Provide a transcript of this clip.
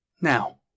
Now